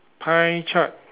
pie chart